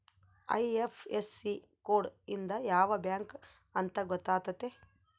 IFSC code ಇಂದ ಯಾವ bank ಅಂತ ಗೊತ್ತಾತತೆ